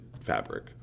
fabric